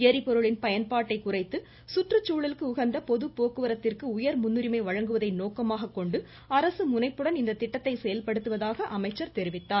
ளிபொருளின் பயன்பாட்டை குறைத்து சுற்றுச்சூழலுக்கு உகந்த பொதுப்போக்குவரத்திற்கு உயர் முன்னுரிமை வழங்குவதை நோக்கமாகக் கொண்டு அரசு முனைப்புடன் இந்த திட்டத்தை செயல்படுத்துவதாக அமைச்சர் தெரிவித்தார்